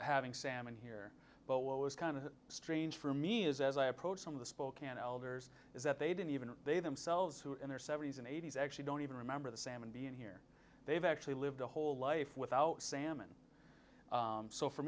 having salmon here but what was kind of strange for me is as i approached some of the spokane elders is that they didn't even they themselves who in their seventies and eighties actually don't even remember the salmon being here they've actually lived a whole life without salmon so for